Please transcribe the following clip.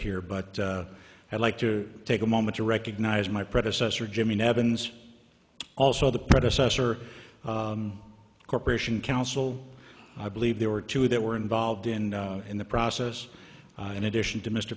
here but i'd like to take a moment to recognize my predecessor jimmy nevins also the predecessor corporation counsel i believe there were two that were involved in in the process in addition to mr